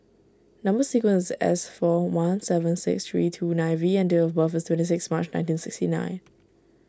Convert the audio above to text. Number Sequence is S four one seven six three two nine V and date of birth is twenty six March nineteen sixty nine